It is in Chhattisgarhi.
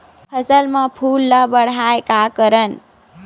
फसल म फूल ल बढ़ाय का करन?